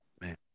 man